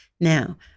Now